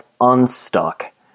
unstuck